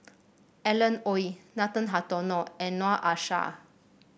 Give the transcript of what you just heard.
Alan Oei Nathan Hartono and Noor Aishah